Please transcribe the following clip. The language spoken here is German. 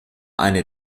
eine